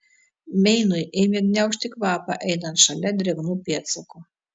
meinui ėmė gniaužti kvapą einant šalia drėgnų pėdsakų